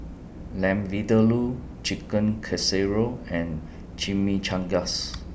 Lamb Vindaloo Chicken Casserole and Chimichangas